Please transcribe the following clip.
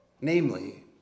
Namely